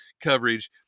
coverage